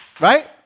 Right